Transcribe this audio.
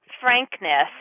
frankness